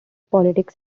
politics